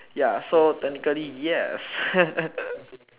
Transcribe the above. ya so technically yes